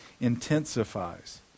intensifies